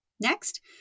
Next